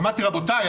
אמרתי: רבותיי,